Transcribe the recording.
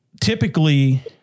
typically